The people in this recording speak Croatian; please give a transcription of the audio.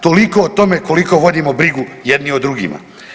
Toliko o tome koliko vodimo brigu jedni o drugima.